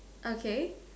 okay